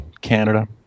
Canada